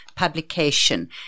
publication